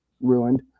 ruined